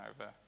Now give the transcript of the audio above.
over